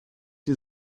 die